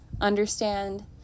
Understand